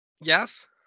Yes